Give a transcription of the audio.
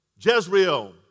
Jezreel